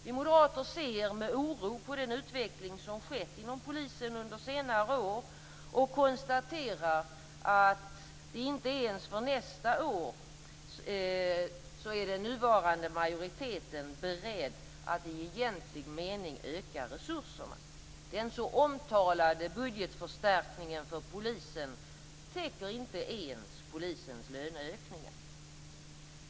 Vi moderater ser med oro på den utveckling som skett inom polisen under senare år och konstaterar att den nuvarande majoriteten inte är beredd att ens för nästa år öka resurserna i egentlig mening. Den så omtalade budgetförstärkningen för polisen täcker inte ens polisens löneökningar.